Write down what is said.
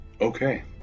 Okay